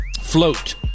float